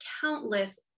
countless